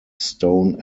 stone